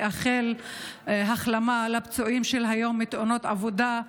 לאחל החלמה לפצועים של היום מתאונות העבודה.